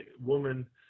woman